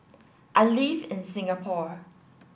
I live in Singapore